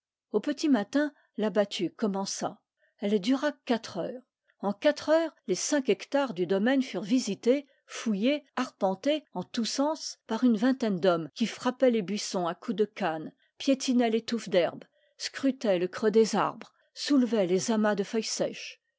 au petit matin la battue commença elle dura quatre heures en quatre heures les cinq hectares du domaine furent visités fouillés arpentés en tous sens par une vingtaine d'hommes qui frappaient les buissons à coups de canne piétinaient les touffes d'herbe scrutaient le creux des arbres soulevaient les amas de feuilles sèches